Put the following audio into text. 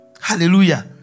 Hallelujah